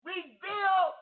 Reveal